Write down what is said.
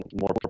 more